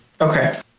Okay